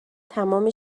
تمام